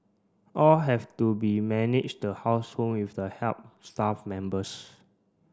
all have to be manage the household with the help staff members